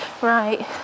Right